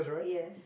yes